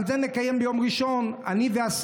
אני רק